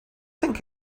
think